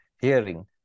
hearing